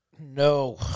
No